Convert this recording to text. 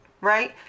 right